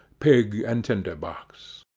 pig and tinder-box.